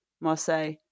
Marseille